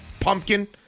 Pumpkin